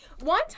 one